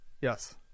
Yes